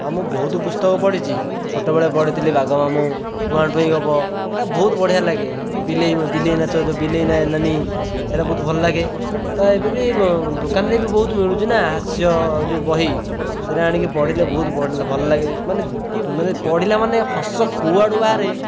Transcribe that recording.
ହଁ ମୁଁ ବହୁତ ପୁସ୍ତକ ପଢ଼ିଛି ଛୋଟବେଳେ ପଢ଼ିଥିଲି ବାଘ ମାମୁଁ ଟୁଆଁ ଟୁଇଁ ଗପ ହେଟା ବହୁତ ବଢ଼ିଆ ଲାଗେ ବିଲେଇ ବିଲେଇ ନାଚ ଯେଉଁ ବିଲେଇ ନାନୀ ସେଟା ବହୁତ ଭଲ ଲାଗେ ତ ଏବେ ବି ଦୋକାନରେ ବି ବହୁତ ମିଳୁଛି ନା ହାସ୍ୟ ଯେଉଁ ବହି ସେଟା ଆଣିକି ପଢ଼ିଲେ ବହୁତ ଭ ଭଲ ଲାଗେ ମାନେ ମାନେ ପଢ଼ିଲେ ମାନେ ହସ କୁଆଡ଼ୁ ବାହାରେ